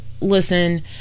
listen